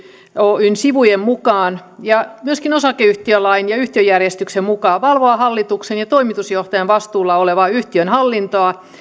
oyn sivujen mukaan ja myöskin osakeyhtiölain ja yhtiöjärjestyksen mukaan valvoa hallituksen ja toimitusjohtajan vastuulla olevaa yhtiön hallintoa